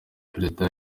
perezida